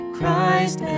Christ